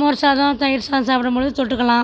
மோர் சாதம் தயிர் சாதம் சாப்பிடும் பொழுது தொட்டுக்கலாம்